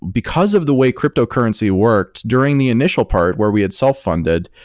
because of the way cryptocurrency worked, during the initial part where we had self-funded,